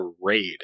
raid